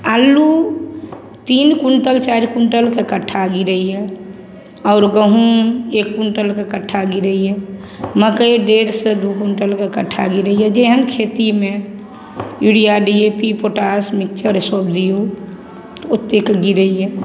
अल्लू तीन क्विन्टल चारि क्विन्टलके कट्ठा गिरैए आओर गहूम एक क्विन्टलके कट्ठा गिरैए मकइ डेढ़ से दुइ क्विन्टलके कट्ठा गिरैए जेहन खेतीमे urea D A P potash mixture ईसब दिऔ ओतेक गिरैए